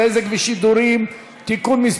ושל הסוכנות היהודית לארץ-ישראל (תיקון מס'